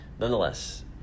Nonetheless